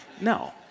No